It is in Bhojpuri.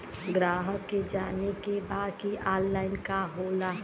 ग्राहक के जाने के बा की ऑनलाइन का होला?